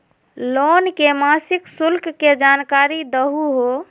Loan के मासिक शुल्क के जानकारी दहु हो?